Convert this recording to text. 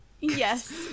yes